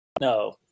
no